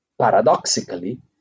paradoxically